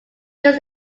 use